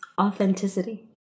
authenticity